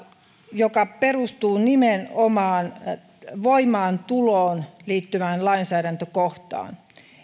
joka perustuu nimenomaan voimaantuloon liittyvään lainsäädäntökohtaan